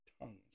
tongues